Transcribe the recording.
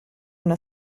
una